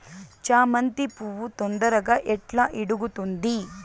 చామంతి పువ్వు తొందరగా ఎట్లా ఇడుగుతుంది?